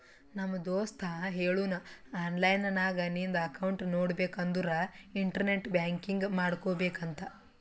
ನಮ್ ದೋಸ್ತ ಹೇಳುನ್ ಆನ್ಲೈನ್ ನಾಗ್ ನಿಂದ್ ಅಕೌಂಟ್ ನೋಡ್ಬೇಕ ಅಂದುರ್ ಇಂಟರ್ನೆಟ್ ಬ್ಯಾಂಕಿಂಗ್ ಮಾಡ್ಕೋಬೇಕ ಅಂತ್